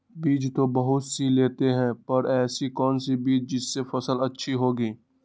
बीज तो बहुत सी लेते हैं पर ऐसी कौन सी बिज जिससे फसल अच्छी होगी?